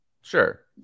Sure